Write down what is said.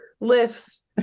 Lifts